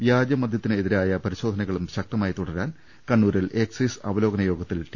വ്യാജമദ്യത്തി നെതിരായ പരിശോധനകളും ശക്തമായി തുടരാൻ കണ്ണൂ രിൽ എക്സൈസ് അവലോകനയോഗത്തിൽ ടി